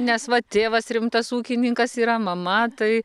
nes va tėvas rimtas ūkininkas yra mama tai